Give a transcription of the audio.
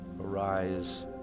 arise